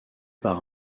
par